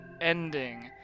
ending